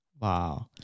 Wow